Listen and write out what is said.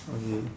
okay